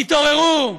תתעוררו.